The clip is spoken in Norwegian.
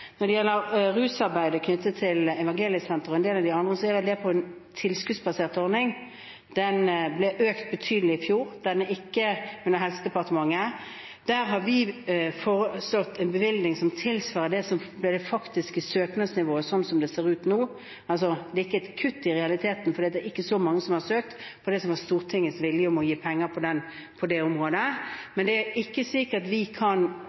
Når det gjelder rusarbeidet knyttet til Evangeliesenteret og en del av de andre, er vel de med på en tilskuddsbasert ordning. Den ble økt betydelig i fjor, den er ikke under Helse- og omsorgsdepartementet. Der har vi foreslått en bevilgning som tilsvarer det faktiske søknadsnivået, slik det ser ut nå. Det er altså i realiteten ikke et kutt, for det er ikke er så mange som har søkt på det som det var Stortingets vilje å gi penger til på dette området. Men det er ikke sikkert at vi kan